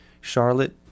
Charlotte